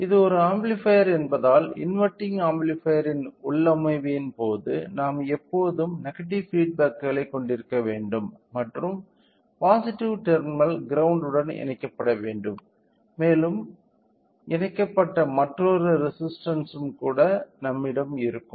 இது ஒரு ஆம்பிளிபையர் என்பதால் இன்வெர்ட்டிங் ஆம்பிளிபையர்ன் உள்ளமைவின் போது நாம் எப்போதும் நெகடிவ் பீட் பேக்களைக் கொண்டிருக்க வேண்டும் மற்றும் பாசிட்டிவ் டெர்மினல் கிரௌண்ட் உடன் இணைக்கப்பட வேண்டும் மேலும் இணைக்கப்பட்ட மற்றொரு ரெசிஸ்டன்ஸ்சும் நம்மிடம் இருக்கும்